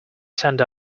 send